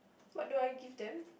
what do I give them